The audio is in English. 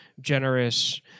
generous